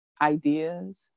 ideas